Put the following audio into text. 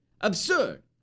absurd